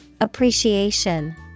Appreciation